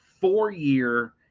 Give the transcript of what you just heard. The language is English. four-year